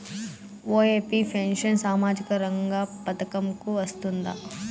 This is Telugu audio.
ఒ.ఎ.పి పెన్షన్ సామాజిక రంగ పథకం కు వస్తుందా?